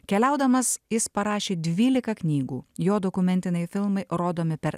keliaudamas jis parašė dvylika knygų jo dokumentiniai filmai rodomi per